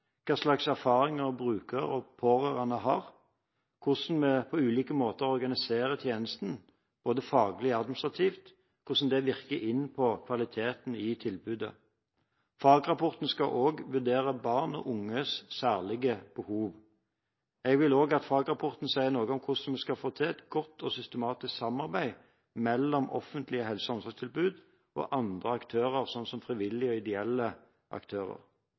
hva slags erfaringer brukere og pårørende har, hvordan vi på ulike måter organiserer tjenesten – både faglig og administrativt – og hvordan det virker inn på kvaliteten i tilbudet. Fagrapporten skal også vurdere barn og unges særlige behov. Jeg vil også at fagrapporten sier noe om hvordan vi skal få til et godt og systematisk samarbeid mellom det offentlige helse- og omsorgstilbudet og andre aktører, som frivillige og ideelle.